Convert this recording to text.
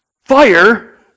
fire